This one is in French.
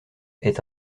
est